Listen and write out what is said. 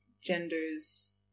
genders